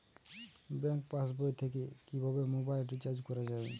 Bank পাশবই থেকে কিভাবে মোবাইল রিচার্জ করা যাবে?